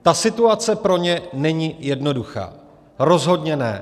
Ta situace pro ně není jednoduchá, rozhodně ne.